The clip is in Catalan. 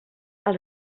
els